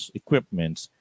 equipments